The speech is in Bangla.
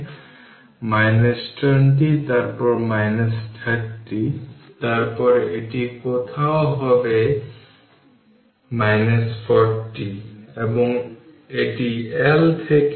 আমি বলতে চাইছি যে এটি একইভাবে গণনা করা হয় যেভাবে রেজিস্টারগুলো প্যারালাল ভাবে গণনা করা হয় সুতরাং ক্যাপাসিটারগুলিকেও একইভাবে গণনা করতে হয় যখন তারা সিরিজে থাকে